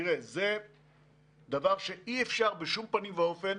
תראה, זה דבר שאי-אפשר בשום פנים ואופן